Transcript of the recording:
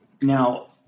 Now